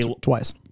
Twice